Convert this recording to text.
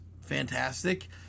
fantastic